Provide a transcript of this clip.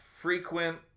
frequent